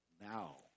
Now